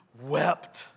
wept